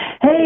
Hey